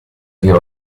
via